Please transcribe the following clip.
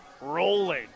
rolling